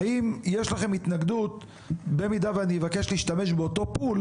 האם יש לכם התנגדות במידה ואני אבקש להשתמש באותו פול